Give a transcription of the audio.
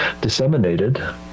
disseminated